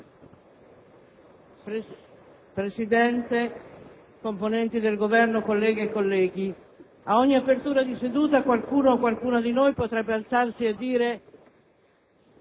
Presidente, signori rappresentanti del Governo, colleghe e colleghi, ad ogni apertura di seduta qualcuno o qualcuna di noi potrebbe alzarsi e dire: